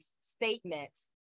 statements